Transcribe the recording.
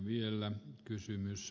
arvoisa puhemies